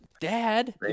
Dad